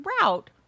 route